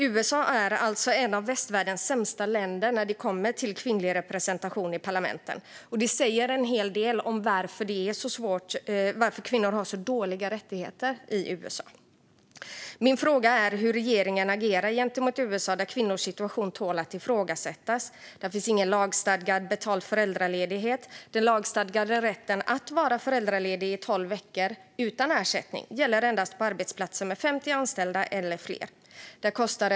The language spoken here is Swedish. USA är alltså en av västvärldens sämsta länder när det kommer till kvinnlig representation i parlamenten. Det förklarar delvis varför kvinnor har så dåliga rättigheter i USA. Min fråga är hur regeringen agerar gentemot USA, där kvinnors situation tål att ifrågasättas. Där finns ingen lagstadgad betald föräldraledighet. Den lagstadgade rätten att vara föräldraledig i tolv veckor utan ersättning gäller endast på arbetsplatser med 50 anställda eller fler.